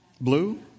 Blue